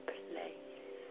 place